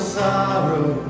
sorrow